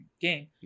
game